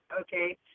okay